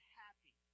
happy